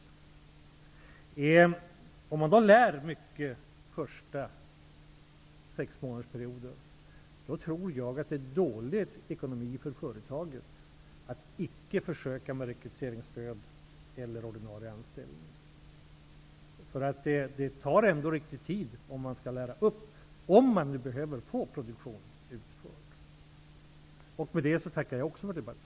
Om ungdomspraktikanten lär sig mycket under den första sexmånadersperioden, tror jag att det skulle vara dålig ekonomi för företaget att sedan inte försöka gå vidare med rekrytering eller ordinarie anställning. Det tar ändå litet tid att lära upp en ny person för ett företag som behöver få produktion utförd. Med detta tackar också jag för debatten.